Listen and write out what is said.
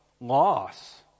loss